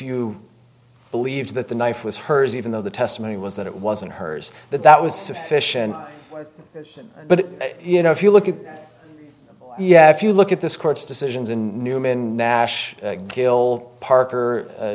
you believe that the knife was hers even though the testimony was that it wasn't hers that that was sufficient but you know if you look at yeah if you look at this court's decisions in newman nash killed parker